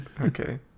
Okay